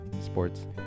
sports